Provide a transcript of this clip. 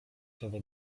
chowa